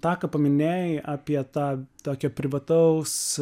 tą ką paminėjai apie tą tokią privataus